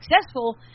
successful